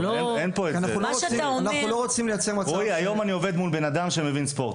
רועי, היום אני עובד מול אדם שמבין ספורט.